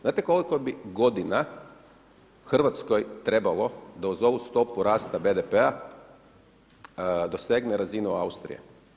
Znate koliko bi godina Hrvatskoj trebalo da uz ovu stopu rasta BDP-a dosegne razinu Austrije?